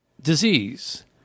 disease